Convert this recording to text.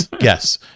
yes